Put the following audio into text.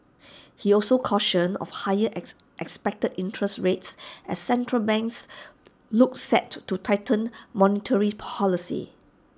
he also cautioned of higher ex expected interests rates as central banks look set to to tighten monetary policy